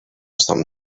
some